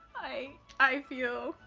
i i feel,